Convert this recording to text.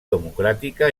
democràtica